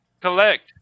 Collect